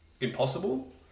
impossible